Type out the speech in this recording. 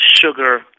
sugar